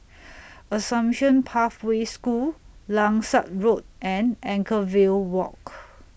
Assumption Pathway School Langsat Road and Anchorvale Walk